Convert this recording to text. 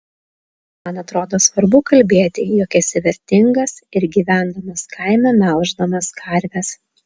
man atrodo svarbu kalbėti jog esi vertingas ir gyvendamas kaime melždamas karves